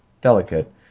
delicate